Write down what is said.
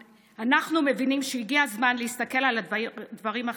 אנחנו מבינים שהגיע הזמן להסתכל על הדברים אחרת.